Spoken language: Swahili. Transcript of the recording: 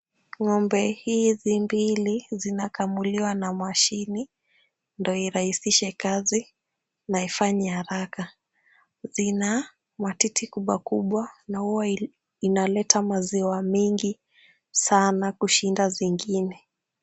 Ng'ombe hizi mbili zinakamuliwa na mashine ndio irahisishe kazi na ifanye haraka. Zina matiti kubwa kubwa na huwa inaleta maziwa mengi sana kushinda zingine.